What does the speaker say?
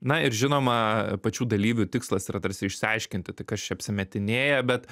na ir žinoma pačių dalyvių tikslas yra tarsi išsiaiškinti tai kas čia apsimetinėja bet